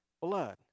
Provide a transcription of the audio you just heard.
blood